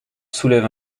soulève